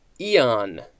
Eon